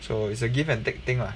so it's a give and take thing lah